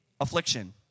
affliction